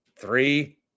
Three